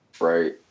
Right